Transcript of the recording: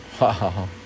Wow